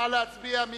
נא להצביע.